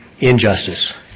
Injustice